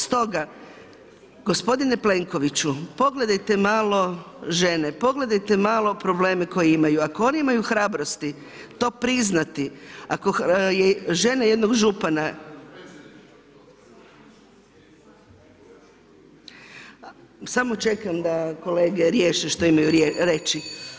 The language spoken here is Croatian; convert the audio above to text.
Stoga gospodine Plenkoviću, pogledajte malo žene, pogledajte malo probleme koje imaju, ako one imaju hrabrosti to priznati, ako je žena jednog župana… … [[Upadica sa strane, ne čuje se.]] Samo čekam da kolege što imaju reći.